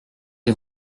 les